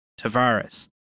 Tavares